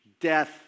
death